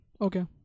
Okay